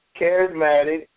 charismatic